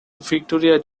victoria